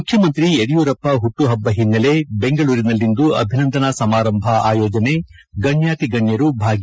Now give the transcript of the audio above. ಮುಖ್ಯಮಂತ್ರಿ ಯಡಿಯೂರಪ್ಪ ಹುಟ್ಟಹಬ್ಬ ಹಿನ್ನಲೆ ಬೆಂಗಳೂರಿನಲ್ಲಿಂದು ಅಭಿನಂದನಾ ಸಮಾರಂಭ ಆಯೋಜನೆ ಗಣ್ಯಾತಿಗಣ್ಯರು ಭಾಗಿ